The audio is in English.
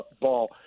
ball